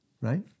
right